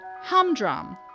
humdrum